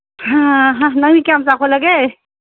ꯑꯍꯥ ꯅꯪꯗꯤ ꯀꯌꯥꯝ ꯆꯥꯎꯈꯠꯂꯒꯦ